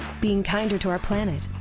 being kinder to our planet,